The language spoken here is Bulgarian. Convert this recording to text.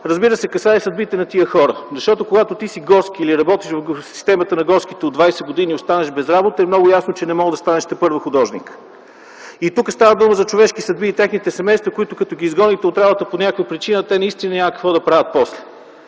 разбира се, касае съдбите на тези хора. Когато ти си горски или работиш в системата на горските от 20 години и останеш без работа, е много ясно, че не можеш да станеш тепърва художник! Тук става дума за човешките съдби и техните семейства, защото, когато ги изгоните от работа по някаква причина, те наистина няма какво да правят после.